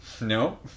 No